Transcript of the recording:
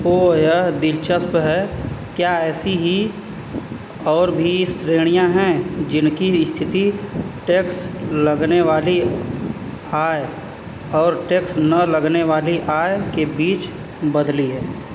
ओह यह दिलचस्प है क्या ऐसी ही और भी श्रेणियाँ हैं जिनकी स्थिति टैक्स लगने वाली आय और टैक्स न लगने वाली आय के बीच बदली है